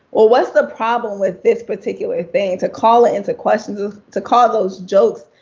well, what's the problem with this particular thing, to call it into question. to to call those jokes,